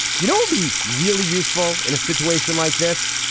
you know, be really useful in a situation like this,